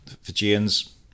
Fijians